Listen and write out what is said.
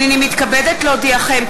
הנני מתכבדת להודיעכם,